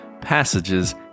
passages